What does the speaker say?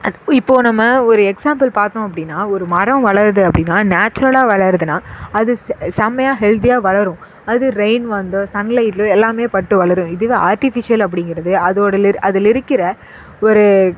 அது இப்போது நம்ம ஒரு எக்ஸாம்பிள் பார்த்தோம் அப்படின்னா ஒரு மரம் வளருது அப்படின்னா நேச்சுரலாக வளருதுன்னா அது செம்மையாக ஹெல்தியாக வளரும் அது ரெயின் வந்து சன் லைட் எல்லாமே பட்டு வளரும் இதுவே ஆர்ட்டிஃபிஷியல் அப்படிங்கிறது அதோடதில் அதில் இருக்கிற ஒரு